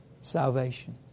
Salvation